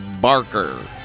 Barker